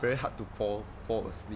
very hard to fall fall asleep